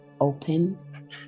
open